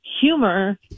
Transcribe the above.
humor